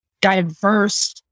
diverse